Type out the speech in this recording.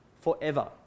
forever